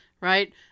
Right